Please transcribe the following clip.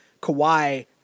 Kawhi